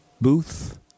Booth